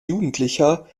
jugendlicher